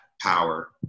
power